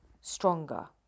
stronger